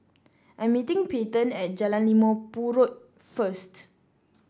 I'm meeting Peyton at Jalan Limau Purut first